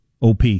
op